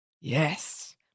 Yes